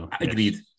Agreed